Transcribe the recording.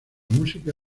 música